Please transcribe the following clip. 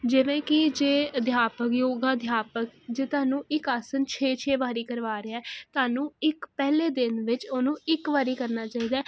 ਜਿਵੇਂ ਕੀ ਜੇ ਅਧਿਆਪਕ ਯੋਗਾ ਅਧਿਆਪਕ ਜੇ ਤੁਹਾਨੂੰ ਇੱਕ ਆਸਨ ਛੇ ਛੇ ਵਾਰੀ ਕਰਵਾ ਰਿਆ ਧਾਨੂੰ ਇੱਕ ਪਹਿਲੇ ਦਿਨ ਵਿੱਚ ਉਹਨੂੰ ਇੱਕ ਵਾਰੀ ਕਰਨਾ ਚਾਈਦੈ